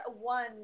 one